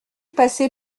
passer